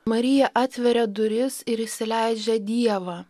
marija atveria duris ir įsileidžia dievą